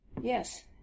Yes